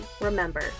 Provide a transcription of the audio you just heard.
remember